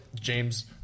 james